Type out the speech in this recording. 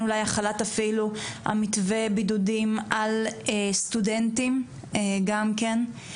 אולי החלת אפילו מתווה הבידודים על סטודנטים גם כן.